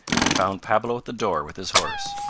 and found pablo at the door with his horse.